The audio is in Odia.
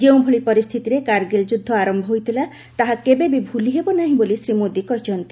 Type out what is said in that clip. ଯେଉଁଭଳି ପରିସ୍ଥିତିରେ କାର୍ଗିଲ୍ ଯୁଦ୍ଧ ଆରମ୍ଭ ହୋଇଥିଲା ତାହା କେବେବି ଭୁଲିହେବ ନାହିଁ ବୋଲି ଶ୍ରୀ ମୋଦି କହିଛନ୍ତି